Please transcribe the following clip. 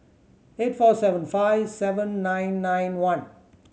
eight four seven five seven nine nine one